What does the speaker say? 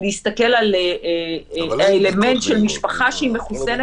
להסתכל על האלמנט של משפחה שהיא מחוסנת,